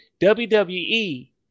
WWE